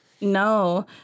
No